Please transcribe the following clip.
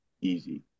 Easy